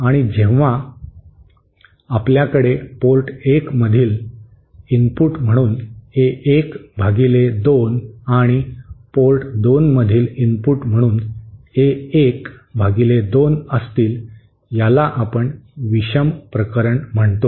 आणि जेव्हा आपल्याकडे पोर्ट 1 मधील इनपुट म्हणून A1 भागिले 2 आणि पोर्ट 2 मधील इनपुट म्हणून वजा A1 भागिले 2 असतील याला आपण विषम प्रकरण म्हणतो